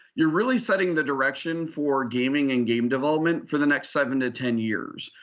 you're really setting the direction for gaming and game development for the next seven to ten years.